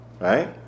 Right